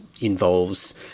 involves